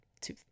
two